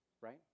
right